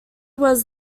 was